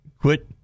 quit